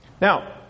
Now